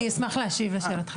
אני אשמח להשיב לשאלתך.